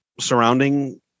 surrounding